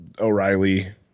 o'reilly